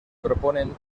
proponen